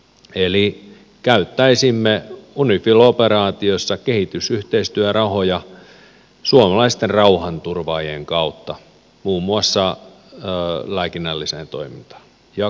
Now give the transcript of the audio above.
eli käyttäisimme unifil operaatiossa kehitysyhteistyörahoja suomalaisten rauhanturvaajien kautta muun muassa lääkinnälliseen toimintaan ja koulutukseen ynnä muuhun